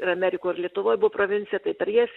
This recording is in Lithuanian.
ir amerikoj ir lietuvoj buvo provincija tai per jas